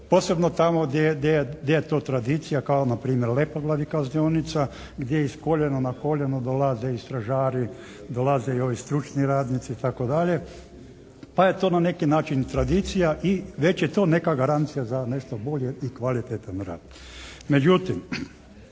Posebno tamo gdje je to tradicija kao na primjer u Lepoglavi kaznionica, gdje iz koljena na koljeno dolaze i stražari, dolaze i ovi stručni radnici itd., pa je to na neki način i tradicija i već je to neka garancija za nešto bolje i kvalitetan rad.